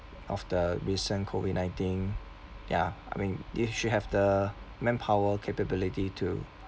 of the recent COVID nineteen ya I mean you should have the manpower capability to